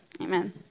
amen